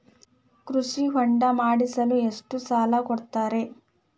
ಕೃಷಿ ಹೊಂಡ ಮಾಡಿಸಲು ಎಷ್ಟು ಸಾಲ ಕೊಡ್ತಾರೆ?